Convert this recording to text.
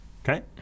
Okay